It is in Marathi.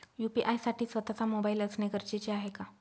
यू.पी.आय साठी स्वत:चा मोबाईल असणे गरजेचे आहे का?